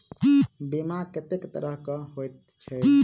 बीमा कत्तेक तरह कऽ होइत छी?